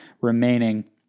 remaining